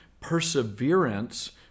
perseverance